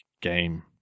game